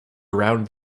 around